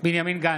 בנימין גנץ,